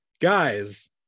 guys